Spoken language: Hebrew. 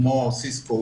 כמו סיסקו,